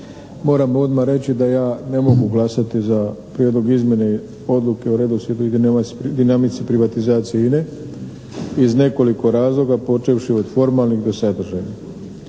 Moram odmah reći da ja ne mogu glasati za Prijedlog izmjene Odluke o redoslijedu i dinamici privatizacije INA-e iz nekoliko razloga počevši od formalnih do sadržaja.